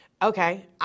Okay